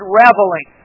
reveling